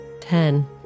Ten